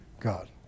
God